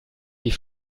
die